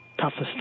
toughest